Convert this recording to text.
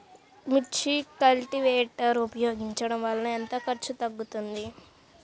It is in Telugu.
మిర్చి కల్టీవేటర్ ఉపయోగించటం వలన ఎంత ఖర్చు తగ్గుతుంది?